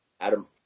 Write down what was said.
Adam